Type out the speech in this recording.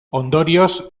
ondorioz